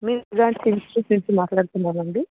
మీర్జాన్స్ institutes నుండి మాట్లాడుతున్నాను అండి